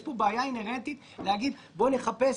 יש פה בעיה אינהרנטית להגיד: בוא נחפש